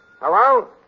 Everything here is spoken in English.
hello